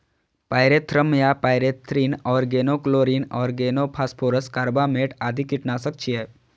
pyrethrum आ pyrethrin, organochlorine, organophosphorus, carbamate आदि कीटनाशक छियै